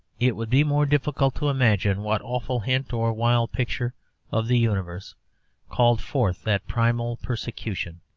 it would be more difficult to imagine what awful hint or wild picture of the universe called forth that primal persecution,